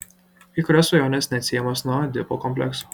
kai kurios svajonės neatsiejamos nuo edipo komplekso